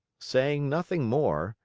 saying nothing more,